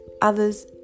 others